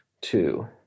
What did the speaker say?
two